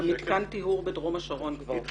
מתקן הטיהור בדרום השרון כבר פועל?